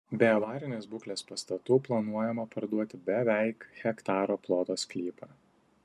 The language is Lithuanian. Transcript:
be avarinės būklės pastatų planuojama parduoti beveik hektaro ploto sklypą